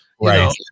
right